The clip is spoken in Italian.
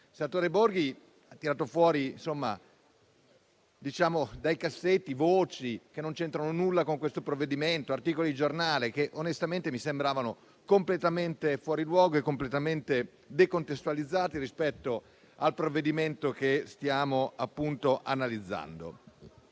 Il senatore Enrico Borghi ha tirato fuori dai cassetti voci che non c'entrano nulla con questo provvedimento; articoli di giornale che, onestamente, mi sembravano completamente fuori luogo e decontestualizzati rispetto al testo che stiamo analizzando.